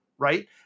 Right